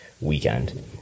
weekend